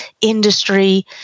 industry